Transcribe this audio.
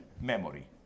memory